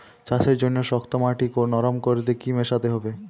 চাষের জন্য শক্ত মাটি নরম করতে কি কি মেশাতে হবে?